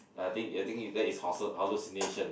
I think I think that is hallu~ hallucination